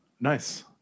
Nice